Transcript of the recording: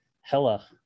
hella